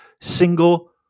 single